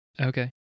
Okay